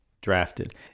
drafted